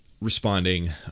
responding